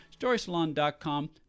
StorySalon.com